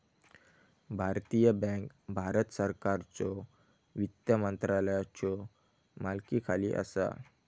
भारतीय बँक भारत सरकारच्यो वित्त मंत्रालयाच्यो मालकीखाली असा